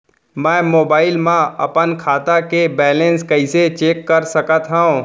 मैं मोबाइल मा अपन खाता के बैलेन्स कइसे चेक कर सकत हव?